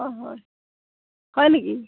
হয় হয় হয় নেকি